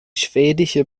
schwedische